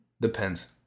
Depends